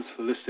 Holistic